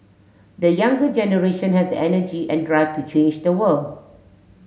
the younger generation has energy and drive to change the world